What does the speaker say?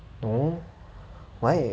no why